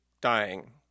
dying